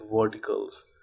verticals